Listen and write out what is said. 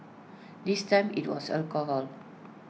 this time IT was alcohol